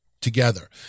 together